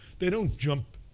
they don't jump